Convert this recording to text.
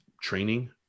training